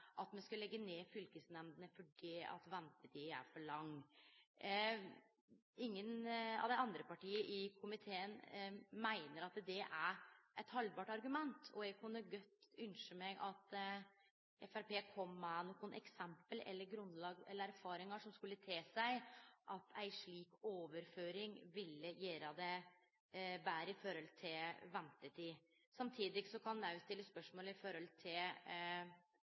at me skal leggje ned fylkesnemndene fordi ventetida er for lang. Ingen av dei andre partia i komiteen meiner at det er eit velgrunna argument. Eg kunne godt ynskje meg at Framstegspartiet kom med nokre eksempel eller erfaringar som skulle tilseie at ei slik overføring ville gjere det betre når det gjeld ventetid. Samtidig kan ein òg stille spørsmål om det faglege. Me veit at fylkesnemndene i